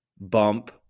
bump